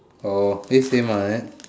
orh it seem like that